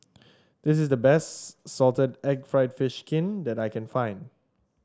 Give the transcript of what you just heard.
this is the best Salted Egg fried fish skin that I can find